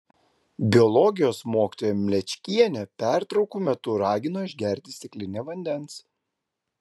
biologijos mokytoja mlečkienė pertraukų metu ragino išgerti stiklinę vandens